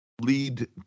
lead